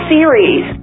Series